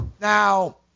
Now